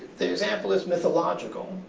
the example is mythological,